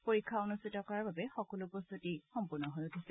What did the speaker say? পৰীক্ষা অনুষ্ঠিত কৰাৰ বাবে সকলো প্ৰস্তুতি সম্পূৰ্ণ হৈ উঠিছে